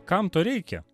kam to reikia